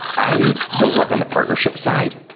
i don't work on the partnership side.